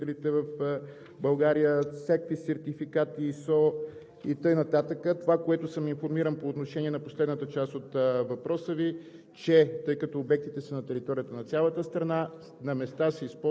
и още хиляди други обекти като „Луфтханза техник“, член на Камарата на строителите в България, всякакви сертификати – ISО и така нататък. Това, за което съм информиран по отношение на последната част от въпроса Ви,